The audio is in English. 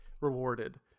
rewarded